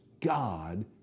God